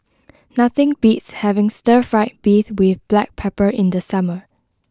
nothing beats having Stir Fried Beef with Black Pepper in the summer